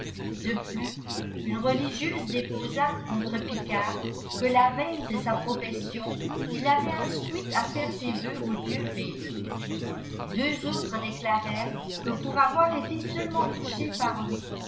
de plus une religieuse déposa contre picard que la veille de sa profession il l'avait instruite à faire ses vœux au dieu bêel deux autres déclarèrent que pour avoir été seulement touchées par lui